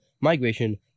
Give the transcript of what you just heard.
migration